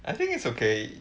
I think it's okay